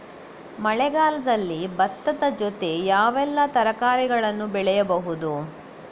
ಮಳೆಗಾಲದಲ್ಲಿ ಭತ್ತದ ಜೊತೆ ಯಾವೆಲ್ಲಾ ತರಕಾರಿಗಳನ್ನು ಬೆಳೆಯಬಹುದು?